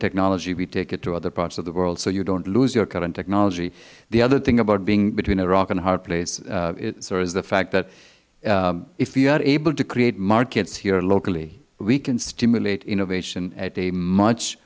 technology we take it to other parts of the world so you don't lose your current technology the other thing about being between a rock and a hard place sir is the fact that if we are able to create markets here locally we can stimulate innovation at a much